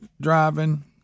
driving